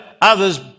others